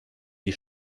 die